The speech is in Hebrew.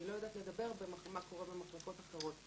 אני לא יודעת לדבר מה קורה במחלקות אחרות.